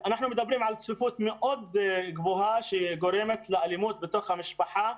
אנחנו מדברים על צפיפות מאוד גבוהה שגורמת לאלימות בתוך המשפחה.